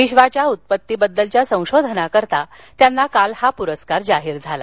विश्वाच्या उत्पत्तीबद्दलच्या संशोधनाकरता त्यांना काल हा पूरस्कार जाहीर झाला